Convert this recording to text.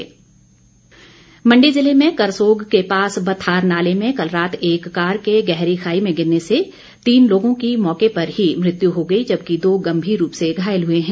दुर्घटना मंडी जिले में करसोग के पास बथार नाले में कल रात एक कार के गहरी खाई में गिरने से तीन लोगों की मौके पर ही मृत्यु हो गई जबकि दो गम्भीर रूप से घायल हुए हैं